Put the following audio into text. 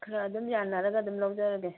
ꯈꯔ ꯑꯗꯨꯝ ꯌꯥꯟꯅꯔꯒ ꯑꯗꯨꯝ ꯂꯧꯖꯔꯒꯦ